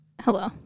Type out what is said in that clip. Hello